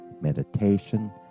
meditation